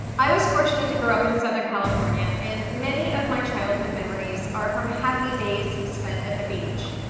i was fortunate to grow up in southern california, and many of my childhood memories are from happy days spent at the beach.